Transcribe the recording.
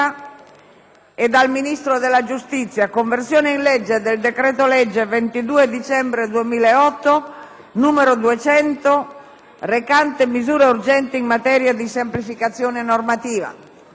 e dal Ministro della giustizia:* «Conversione in legge del decreto-legge 22 dicembre 2008, n. 200, recante misure urgenti in materia di semplificazione normativa»